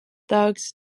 thugs